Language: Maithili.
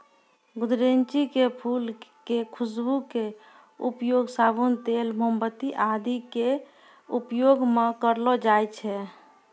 गुदरैंची के फूल के खुशबू के उपयोग साबुन, तेल, मोमबत्ती आदि के उपयोग मं करलो जाय छै